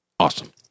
Awesome